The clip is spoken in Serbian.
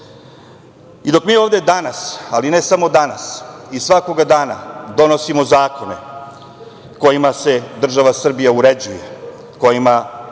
dok mi ovde danas, ali ne samo danas i svakoga dana donosimo zakone kojima se država Srbija uređuje, kojima